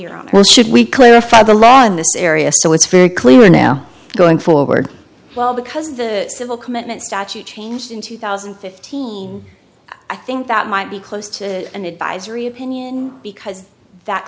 own where should we clarify the law in this area so it's very clear now going forward well because the civil commitment statute changed in two thousand and fifteen i think that might be close to an advisory opinion because that